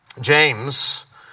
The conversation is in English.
James